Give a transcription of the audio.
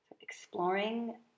Exploring